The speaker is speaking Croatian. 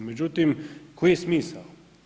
Međutim, koji je smisao?